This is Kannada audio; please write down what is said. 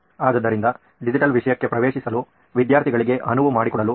ಆದ್ದರಿಂದ ಡಿಜಿಟಲ್ ವಿಷಯಕ್ಕೆ ಪ್ರವೇಶಿಸಲು ವಿದ್ಯಾರ್ಥಿಗಳಿಗೆ ಅನುವು ಮಾಡಿಕೊಡಲು